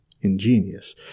ingenious